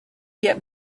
get